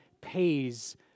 pays